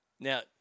Now